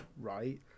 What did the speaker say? right